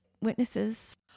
witnesses